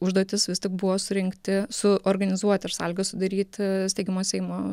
užduotis vis tik buvo surinkti su organizuoti ir sąlygas sudaryti steigiamo seimo